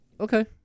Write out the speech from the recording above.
Okay